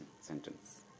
sentence